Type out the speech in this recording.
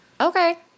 Okay